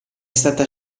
stata